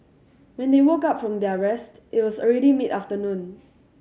when they woke up from their rest it was already mid afternoon